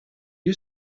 you